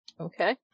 Okay